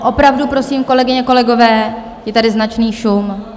Opravdu prosím, kolegyně, kolegové, je tady značný šum.